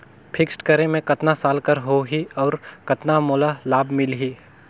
Fixed करे मे कतना साल कर हो ही और कतना मोला लाभ मिल ही?